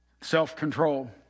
Self-control